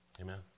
Amen